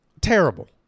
terrible